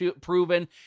proven